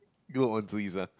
grow on trees ah